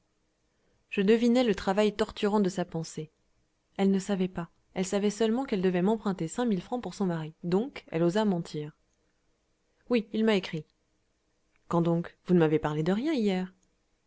je devinai le travail torturant de sa pensée elle ne savait pas elle savait seulement qu'elle devait m'emprunter cinq mille francs pour son mari donc elle osa mentir oui il m'a écrit quand donc vous ne m'avez parlé de rien hier